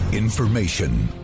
information